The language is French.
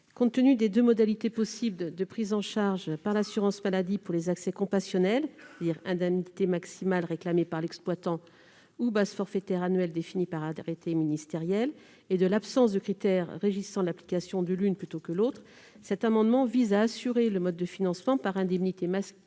Compte tenu des deux modalités possibles de prise en charge par l'assurance maladie pour les accès compassionnels- indemnité maximale réclamée par l'exploitant ou base forfaitaire annuelle définie par arrêté ministériel -et de l'absence de critère régissant l'application de l'une plutôt que l'autre, l'amendement n° 186 vise à assurer le mode de financement par indemnité maximale